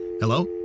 Hello